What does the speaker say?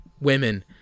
women